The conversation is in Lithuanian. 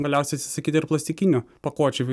galiausiai atsisakyta ir plastikinių pakuočių